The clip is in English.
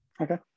okay